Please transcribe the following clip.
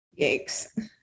Yikes